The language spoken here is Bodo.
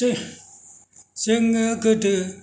जोङो गोदो